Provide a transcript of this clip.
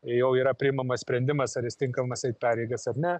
jau yra priimamas sprendimas ar jis tinkamas eit pareigas ar ne